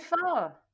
far